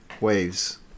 Waves